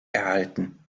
erhalten